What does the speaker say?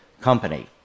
company